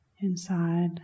inside